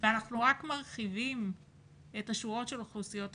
ואנחנו רק מרחיבים את השורות של אוכלוסיות הקצה.